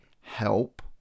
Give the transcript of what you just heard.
help